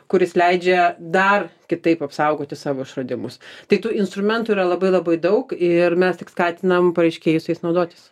kuris leidžia dar kitaip apsaugoti savo išradimus tai tų instrumentų yra labai labai daug ir mes tik skatinam pareiškėjus su jais naudotis